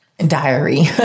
diary